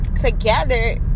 together